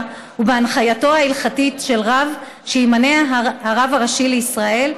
ובהנחייתו ההלכתית של רב שימנה הרב הראשי לישראל,